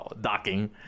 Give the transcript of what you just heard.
Docking